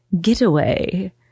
getaway